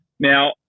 Now